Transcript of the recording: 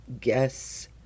guess